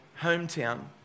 hometown